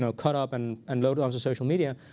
so cut up and and loaded onto social media,